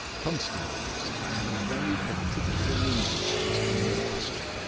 constable, he said, i have a very particular reason for asking you a question.